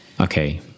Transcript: Okay